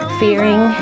fearing